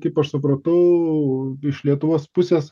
kaip aš supratau iš lietuvos pusės